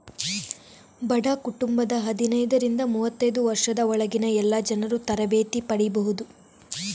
ಬಡ ಕುಟುಂಬದ ಹದಿನೈದರಿಂದ ಮೂವತ್ತೈದು ವರ್ಷದ ಒಳಗಿನ ಎಲ್ಲಾ ಜನರೂ ತರಬೇತಿ ಪಡೀಬಹುದು